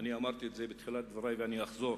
אמרתי בתחילת דברי ואני אחזור,